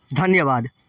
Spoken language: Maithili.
धन्यवाद